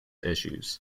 issues